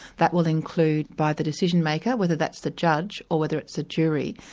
that will include by the decision-maker, whether that's the judge or whether it's a jury,